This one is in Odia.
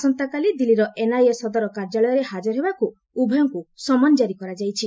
ଆସନ୍ତାକାଲି ଦିଲ୍ଲୀର ଏନ୍ଆଇଏ ସଦର କାର୍ଯ୍ୟାଳୟରେ ହାଜର ହେବାକୁ ଉଭୟଙ୍କୁ ସମନ୍ ଜାରି କରାଯାଇଛି